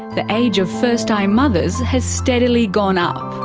the age of first-time mothers has steadily gone up.